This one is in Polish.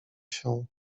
się